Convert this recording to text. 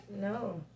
No